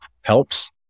helps